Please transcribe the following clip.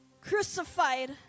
crucified